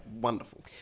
wonderful